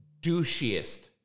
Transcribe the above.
douchiest